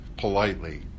politely